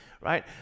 right